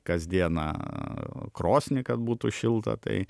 kasdieną krosnį kad būtų šilta tai